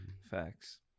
facts